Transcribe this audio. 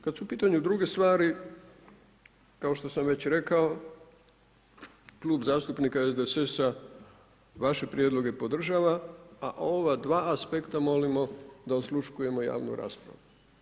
Kad su u pitanju druge stvari kao što sam već rekao Klub zastupnika SDSS-a vaše prijedloge podržava, a ova dva aspekta molimo da osluškujemo javnu raspravu.